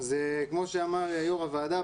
כמו שאמר ‏יו"ר הוועדה,